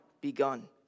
begun